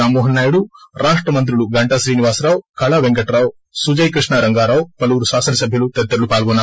రామ్మోహన్ నాయుడు రాష్ట మంత్రులు గంటా శ్రీనివాసరావు కళా పెంకటరావు సుజయ్ కృష్ణ రంగారావు పలువురు శాసనసభ్యులు తదితరులు పాల్గొన్నారు